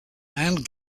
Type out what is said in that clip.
and